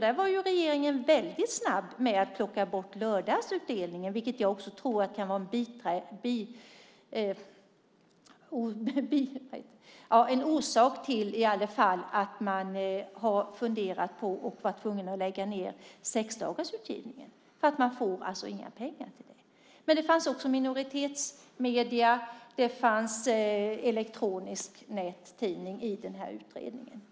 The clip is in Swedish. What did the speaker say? Där var regeringen väldigt snabb med att plocka bort lördagsutdelningen, vilket jag tror kan ha varit en bidragande orsak till att man var tvungen att lägga ned sexdagarsutgivningen. Man får alltså inga pengar till den. Utredningen omfattade också minoritetsmedier och elektroniska nättidningar.